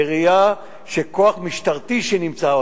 בראייה שכוח משטרתי שנמצא,